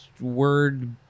word